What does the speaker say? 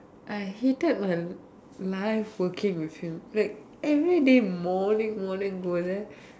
I hated my life working with him like everyday morning morning go there